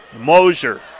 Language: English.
Mosier